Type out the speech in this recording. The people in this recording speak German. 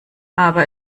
aber